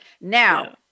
now